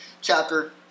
chapter